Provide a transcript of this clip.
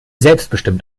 selbstbestimmt